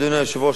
אדוני היושב-ראש,